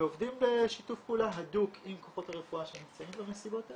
ועובדים בשיתוף פעולה הדוק עם כוחות הרפואה שנמצאים במסיבות האלה,